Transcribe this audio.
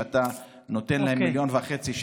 שאתה נותן להם 1.5 מיליון שקל.